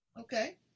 Okay